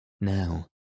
Now